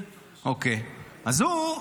אז הוא,